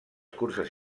curses